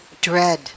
dread